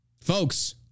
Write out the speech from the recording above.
folks